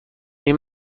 این